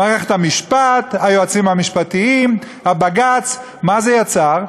מערכת המשפט, היועצים המשפטיים, בג"ץ, מה זה יצר?